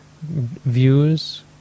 views